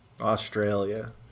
Australia